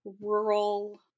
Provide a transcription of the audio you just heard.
rural